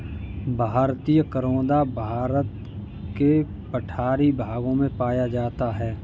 भारतीय करोंदा भारत के पठारी भागों में पाया जाता है